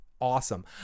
awesome